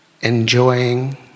enjoying